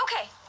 Okay